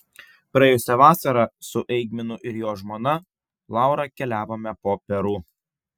praėjusią vasarą su eigminu ir jo žmona laura keliavome po peru